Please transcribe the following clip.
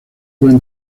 puede